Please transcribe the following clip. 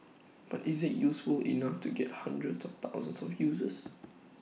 but is IT useful enough to get hundreds of thousands of users